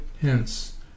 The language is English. hence